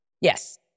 Yes